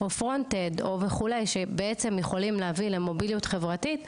או פרונטד וכול' שבעצם יכולים להביא למוביליות חברתית,